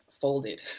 folded